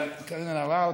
אבל קארין אלהרר,